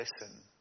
listen